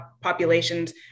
populations